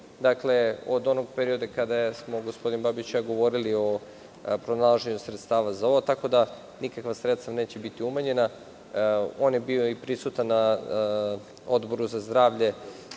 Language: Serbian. bio od onog perioda kada smo gospodin Babić i ja govorili o pronalaženju sredstava za ovo, tako da nikakva sredstva neće biti umanjena. On je bio prisutan na Odboru za zdravlje